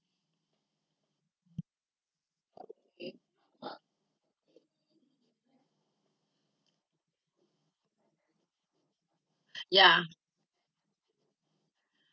mm uh ya